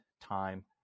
time